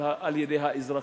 על האזרחים.